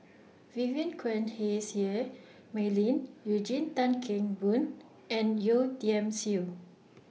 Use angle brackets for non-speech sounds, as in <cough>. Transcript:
<noise> Vivien Quahe Seah Mei Lin Eugene Tan Kheng Boon and Yeo Tiam Siew